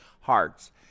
hearts